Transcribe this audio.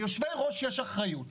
ליושבי-ראש יש אחריות.